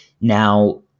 Now